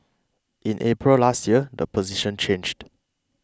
in April last year the position changed